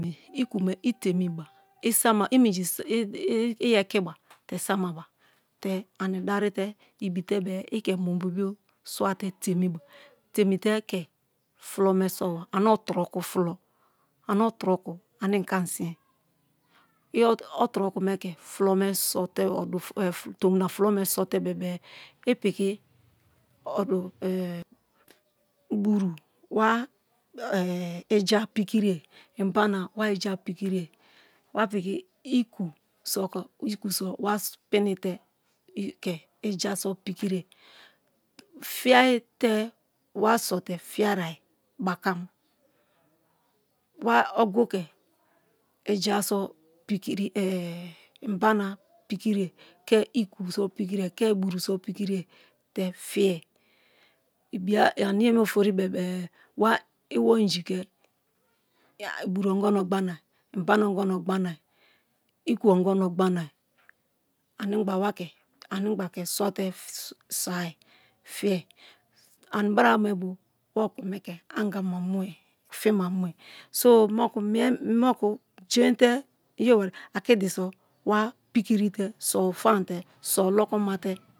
Iku me i temie ba isama i ekiba te sama ba te ani deri te ibite-e i ke mu mubu bio swate temi ba temi te ke flo me soba ane itroku flo. ane otroku ane ike anisin-e i otroku me ke flo me sote bebe-e i piki buru wa ija pikirie inbana wa ija pikirie wa piki iku, iku so wa pini te ke ija so pikirie fa-ayi te wa so te fi-arai bakam, wa ogu ke ija so pikiri inbana pikirie, ke iku so pikirie ke buru so pikirie te fie ibiabe ane me ofori bebe-e wa iwo inji ke buru ongono gbanai, inbana animgba wake animgba ka swate soi fie anibra me loo wa okome ke anga ma mie fima mue so so jein te akidi so wa pikiri te so fante so lokomate.